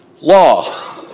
law